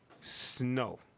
Snow